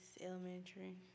elementary